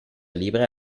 libera